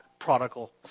prodigal